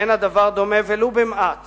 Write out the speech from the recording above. אין הדבר דומה ולו במעט